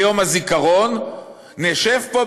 שביום הזיכרון נשב פה,